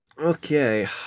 Okay